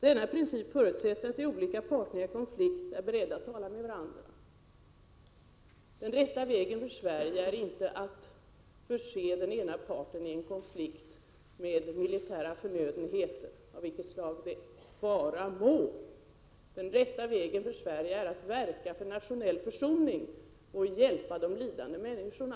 Denna princip förutsätter att de olika parterna i en konflikt är beredda att tala med varandra.” Den rätta vägen för Sverige är inte att förse den ena parten i en konflikt med militära förnödenheter — detta gäller oavsett av vilket slag dessa än må vara. Den rätta vägen för Sverige är att verka för nationell försoning och hjälpa de lidande människorna.